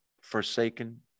forsaken